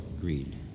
greed